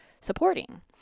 supporting